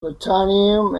plutonium